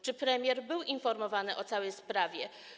Czy premier był informowany o tej sprawie?